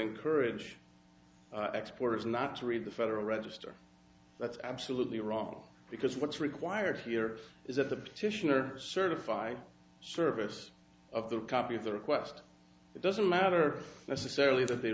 encourage exporters not to read the federal register that's absolutely wrong because what's required here is that the petitioner certified service of the copy of the request doesn't matter necessarily that they